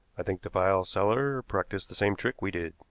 i think the file seller practiced the same trick we did.